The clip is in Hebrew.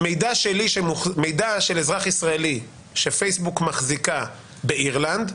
מידע של אזרח ישראלי שפייסבוק מחזיקה באירלנד,